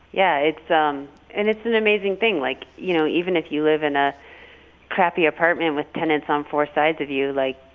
yeah, it's um and it's an amazing thing. like, you know, even if you live in a crappy apartment with tenants on um four sides of you, like,